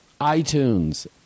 iTunes